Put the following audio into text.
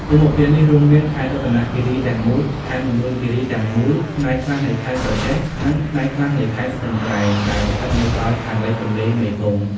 ភូមិភាគនេះ រួមមាន ខេត្តរតនគិរីទាំងមូល ខេត្តមណ្ឌលគីរីទាំងមូល ផ្នែកខ្លះនៃខេត្តក្រចេះ និងផ្នែកខ្លះនៃខេត្តស្ទឹងត្រែង ដែលស្ថិតនៅ ត្រើយខាងលិចទន្លេមេគង្គ។